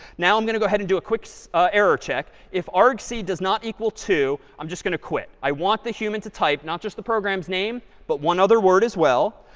now i'm going to go ahead and do a quick so ah error check. if argc does not equal two, i'm just going to. quit. i want the human to type, not just the program's name, but one other word as well.